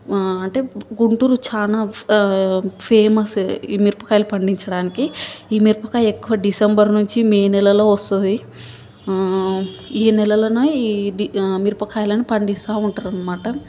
అంటే గుంటూరు చాలా ఫే ఫేమసు ఈ మిరపకాయలు పండించడానికి పంట ఎక్కువ డిసెంబర్ నుంచి మే నెలలో వస్తుంది ఈ నెలలోన ఇది ఈ మిరపకాయలను పండిస్తుంటారన్నమాట